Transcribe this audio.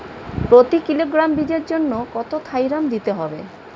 প্রতি কিলোগ্রাম বীজের জন্য কত থাইরাম দিতে হবে?